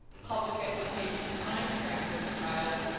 public education timeframe for the child,